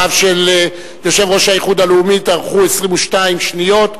בסך הכול דבריו של יושב-ראש האיחוד הלאומי ארכו 22 שניות,